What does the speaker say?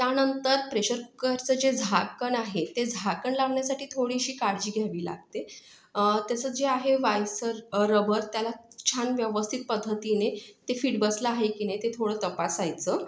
त्यानंतर प्रेशर कुकरचं जे झाकण आहे ते झाकण लावण्यासाठी थोडीशी काळजी घ्यावी लागते तसेच जे आहे वायसर रबर त्याला छान व्यवस्थित पद्धतीने ते फिट बसला आहे की नाही ते थोडं तपासायचं